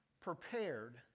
prepared